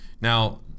Now